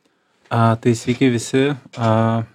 a tai sveiki visi a